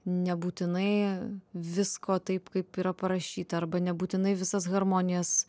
nebūtinai visko taip kaip yra parašyta arba nebūtinai visas harmonijas